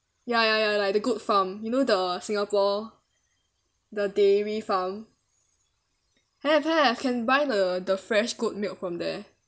ya ya ya like the goat farm you know the singapore the dairy farm have have can buy the the fresh goat milk from there